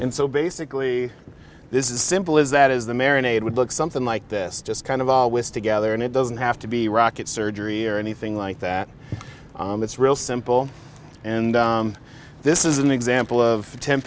and so basically this is simple as that is the marinated would look something like this just kind of all with together and it doesn't have to be rocket surgery or anything like that it's real simple and this is an example of temp